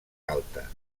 alta